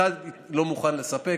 אחד לא מוכן לספק,